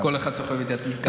כל אחת סוחבת איתה תיק קטן.